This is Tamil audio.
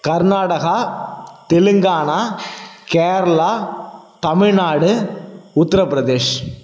கர்நாடகா தெலுங்கானா கேரளா தமிழ்நாடு உத்திரப்பிரதேஷ்